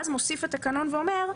ואז מוסיף התקנון ואומר: